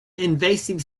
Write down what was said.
invasive